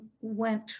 went